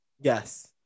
Yes